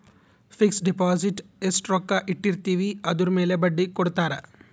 fix deposit ಎಸ್ಟ ರೊಕ್ಕ ಇಟ್ಟಿರ್ತಿವಿ ಅದುರ್ ಮೇಲೆ ಬಡ್ಡಿ ಕೊಡತಾರ